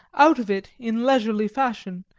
out of it, in leisurely fashion,